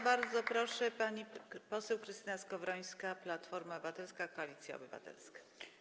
Bardzo proszę, pani poseł Krystyna Skowrońska, Platforma Obywatelska - Koalicja Obywatelska.